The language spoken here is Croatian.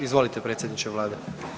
Izvolite predsjedniče Vlade.